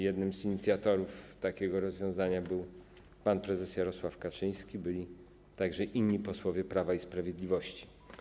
Jednym z inicjatorów takiego rozwiązania był pan prezes Jarosław Kaczyński, inicjatorami byli także inni posłowie Prawa i Sprawiedliwości.